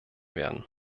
werden